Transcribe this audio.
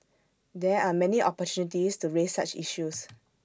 there are many opportunities to raise such issues